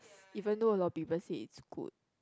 even though a lot of people said is good